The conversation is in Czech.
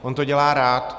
On to dělá rád.